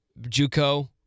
Juco